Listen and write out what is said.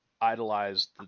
idolized